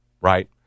right